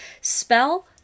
spell